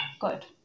good